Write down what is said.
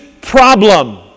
problem